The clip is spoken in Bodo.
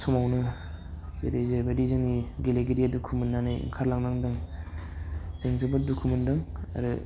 समावनो जेरै जेबायदि जोंनि गेलेगिरिया दुखु मोननानै ओंखारलांनांदों जों जोबोद दुखु मोन्दों आरो